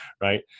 Right